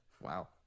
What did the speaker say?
wow